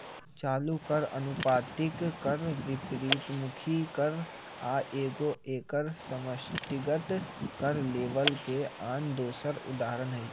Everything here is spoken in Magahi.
चालू कर, अनुपातिक कर, विपरितमुखी कर आ एगो एकक समष्टिगत कर लेबल के आन दोसर उदाहरण हइ